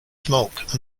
smoke